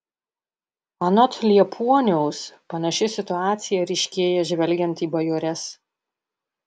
anot liepuoniaus panaši situacija ryškėja žvelgiant į bajores